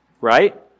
right